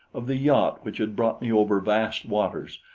of the yacht which had brought me over vast waters,